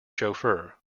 chauffeur